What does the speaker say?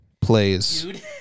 plays